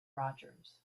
rodgers